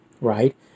Right